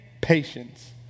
patience